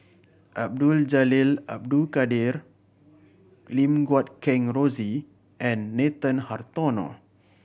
Abdul Jalil Abdul Kadir Lim Guat Kheng Rosie and Nathan Hartono